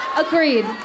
Agreed